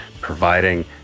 providing